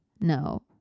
no